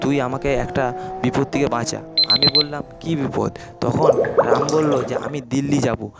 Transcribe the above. তুই আমাকে একটা বিপদ থেকে বাঁচা আমি বললাম কী বিপদ তখন রাম বললো যে আমি দিল্লি যাব